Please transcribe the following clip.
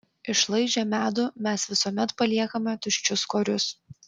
išlaižę medų mes visuomet paliekame tuščius korius